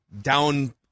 down